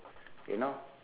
you know